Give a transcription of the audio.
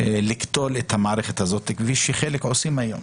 לקטול את המערכת הזאת, כפי שחלק עושים היום.